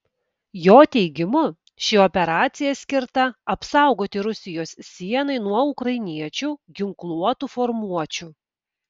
jo teigimu ši operacija skirta apsaugoti rusijos sienai nuo ukrainiečių ginkluotų formuočių